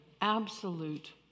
absolute